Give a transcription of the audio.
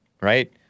right